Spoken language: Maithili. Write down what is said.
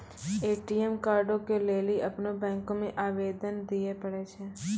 ए.टी.एम कार्डो के लेली अपनो बैंको मे आवेदन दिये पड़ै छै